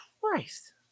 Christ